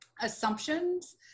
assumptions